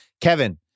Kevin